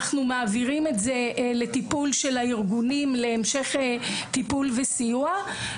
אנחנו מעבירים את זה להמשך טיפול וסיוע של הארגונים,